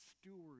steward